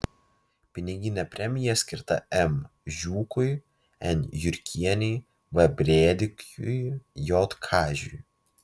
piniginė premija skirta m žiūkui n jurkienei v brėdikiui j kažiui